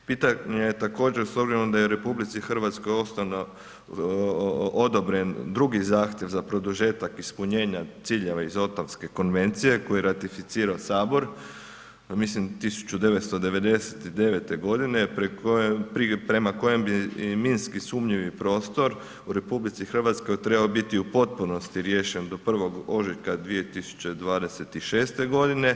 Pitanje također, s obzirom da u RH ustavno odobren drugi zahtjev za produžetak ispunjenja ciljeva iz Ottawske konvencije koju je ratificirao Sabor, ja mislim 1999. godine, prema kojem bi i minski sumnjivi prostor u RH trebao biti u potpunosti riješen do 1. ožujka 2026. godine.